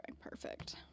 perfect